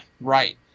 right